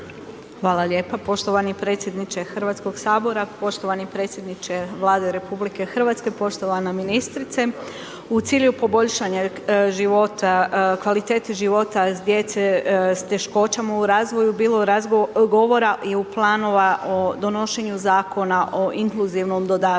Hvala lijepo poštovani predsjedniče Hrvatskog sabora, poštovani predsjedniče Vlade RH. Poštovana ministrice, u cilju poboljšane kvalitete života djece sa teškoćama u razvoju, bilo je govora i planova o donošenju Zakona o inkluzivnom dodatku.